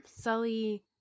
Sully